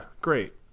great